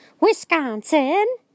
Wisconsin